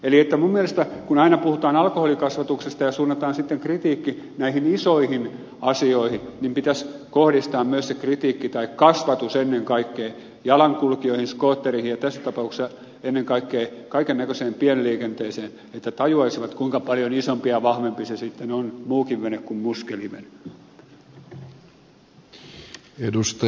minun mielestäni kun aina puhutaan alkoholikasvatuksesta ja suunnataan sitten kritiikki näihin isoihin asioihin pitäisi kohdistaa myös se kritiikki tai kasvatus ennen kaikkea jalankulkijoihin skoottereihin ja tässä tapauksessa ennen kaikkea kaikennäköiseen pienliikenteeseen että he tajuaisivat kuinka paljon isompi ja vahvempi se toinen sitten on muukin vene kuin muskelivene